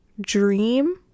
dream